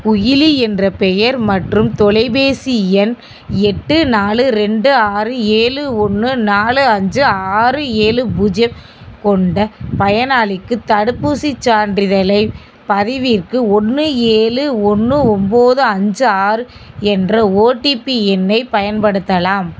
குயிலி என்ற பெயர் மற்றும் தொலைபேசி எண் எட்டு நாலு ரெண்டு ஆறு ஏழு ஒன்று நாலு அஞ்சு ஆறு ஏழு பூஜ்யம் கொண்ட பயனாளிக்கு தடுப்பூசிச் சான்றிதழைப் பதிவிறக்க ஒன்று ஏழு ஒன்று ஒன்போது அஞ்சு ஆறு என்ற ஓடிபி எண்ணைப் பயன்படுத்தலாம்